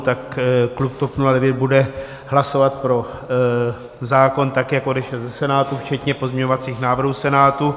Tak klub TOP 09 bude hlasovat pro zákon tak, jak odešel ze Senátu včetně pozměňovacích návrhů Senátu.